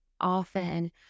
often